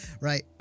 right